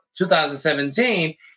2017